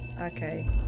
Okay